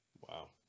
Wow